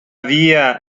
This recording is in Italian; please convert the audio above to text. via